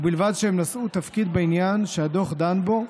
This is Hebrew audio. ובלבד שהם נשאו תפקיד בעניין שהדוח דן בו,